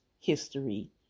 history